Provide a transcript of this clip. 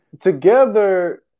together